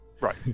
Right